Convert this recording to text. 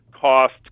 cost